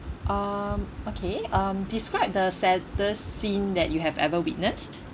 um okay um describe the saddest scene that you have ever witnessed